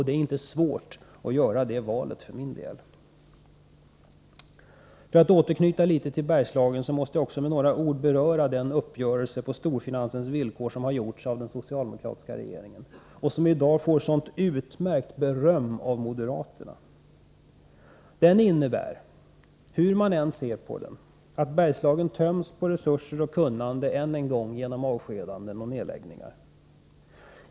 Det är inte svårt att göra det valet för min del. För att återknyta litet till Bergslagen måste jag nämna några ord om den uppgörelse på storfinansens villkor som den socialdemokratiska regeringen har gjort och som i dag får sådant utmärkt beröm av moderaterna. Den innebär, hur man än ser på den, att Bergslagen töms på resurser och kunnande än en gång, genom avskedanden och nedläggningar.